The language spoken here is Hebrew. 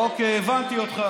זה לא רלוונטי.